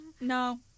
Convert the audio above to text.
no